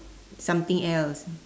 something else